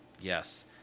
Yes